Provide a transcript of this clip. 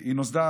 היא נוסדה